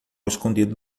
escondido